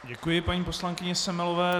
Děkuji paní poslankyni Semelové.